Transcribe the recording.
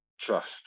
trust